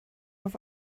auf